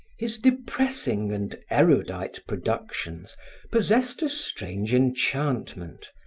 his depressing and erudite productions possessed a strange enchantment,